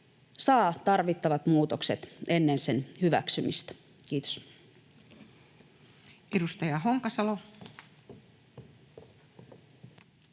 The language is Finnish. saa tarvittavat muutokset ennen sen hyväksymistä. — Kiitos. Edustaja Honkasalo. Arvoisa